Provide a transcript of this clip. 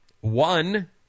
one